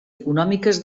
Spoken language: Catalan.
econòmiques